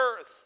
earth